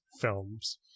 films